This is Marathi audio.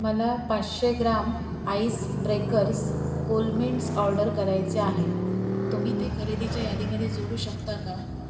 मला पाचशे ग्राम आईस ब्रेकर्स कोलमेंट्स ऑर्डर करायचे आहेत तुम्ही ते खरेदीच्या यादीमध्ये जोडू शकता का